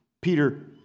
Peter